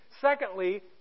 Secondly